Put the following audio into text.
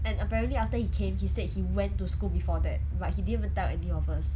and apparently after he came he said he went to school before that but he didn't even tell any of us